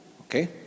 Okay